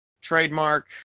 trademark